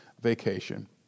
vacation